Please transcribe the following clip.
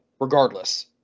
regardless